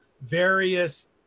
various